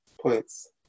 points